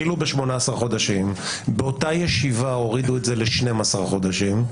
התחילו ב-18 חודשים ובאותה ישיבה הורידו את התקופה ל-12 חודשים.